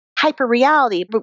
hyper-reality